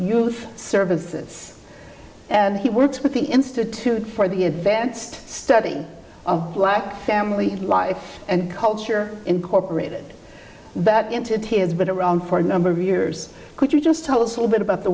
youth services and he works with the institute for the advanced study of black family life and culture incorporated that into it he has been around for a number of years could you just tell us a little bit about the